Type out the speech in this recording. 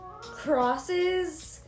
crosses